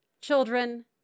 children